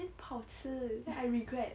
不好吃 then I regret